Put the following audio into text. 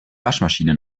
waschmaschine